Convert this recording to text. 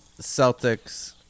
celtics